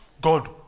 God